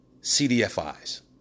CDFIs